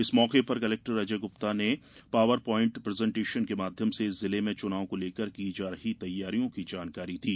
इस मौके पर कलेक्टर अजय गुप्ता ने पावर प्वाईट प्रजेंटेषन के माध्यम से जिले में चुनाव को लेकर की जा रही तैयारियों की जानकारी दी